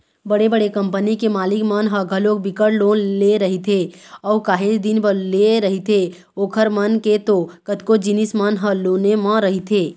बड़े बड़े कंपनी के मालिक मन ह घलोक बिकट लोन ले रहिथे अऊ काहेच दिन बर लेय रहिथे ओखर मन के तो कतको जिनिस मन ह लोने म रहिथे